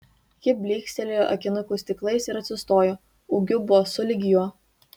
ji blykstelėjo akinukų stiklais ir atsistojo ūgiu buvo sulig juo